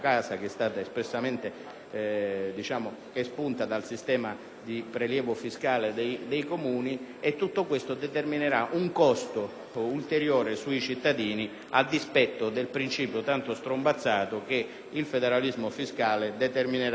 espunta dal sistema di prelievo fiscale dei Comuni. Tutto ciò si tradurrà in un costo ulteriore per i cittadini a dispetto del principio tanto strombazzato, secondo cui il federalismo fiscale determinerà una riduzione dei costi